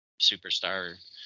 superstar